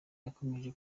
yakomeje